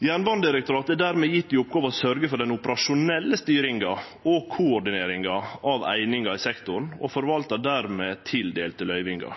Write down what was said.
Jernbanedirektoratet har dermed fått i oppgåve å sørgje for den operasjonelle styringa og koordineringa av einingar i sektoren og forvaltar dermed tildelte løyvingar.